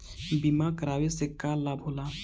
बीमा करावे से का लाभ होला?